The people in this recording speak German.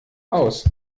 aus